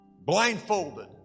blindfolded